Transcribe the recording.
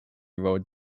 road